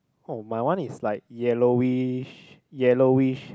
oh my one is like yellowish yellowish